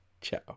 Ciao